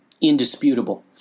indisputable